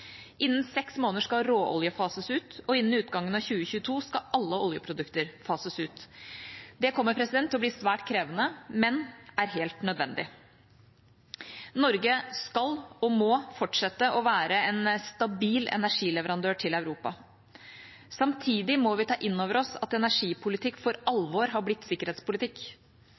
Innen seks måneder skal råolje fases ut, og innen utgangen av 2022 skal alle oljeprodukter fases ut. Det kommer til å bli svært krevende, men er helt nødvendig. Norge skal og må fortsette å være en stabil energileverandør til Europa. Samtidig må vi ta inn over oss at energipolitikk for alvor har blitt sikkerhetspolitikk.